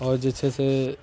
आओर जे छै से